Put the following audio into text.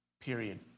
Period